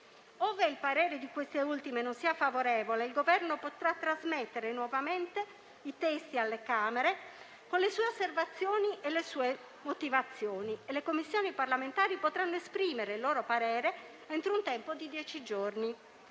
Ove il parere di queste ultime non sia favorevole, il Governo potrà trasmettere nuovamente i testi alle Camere con le sue osservazioni e le sue motivazioni e le Commissioni parlamentari potranno esprimere il loro parere entro un tempo di dieci giorni.